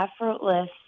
effortless